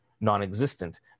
non-existent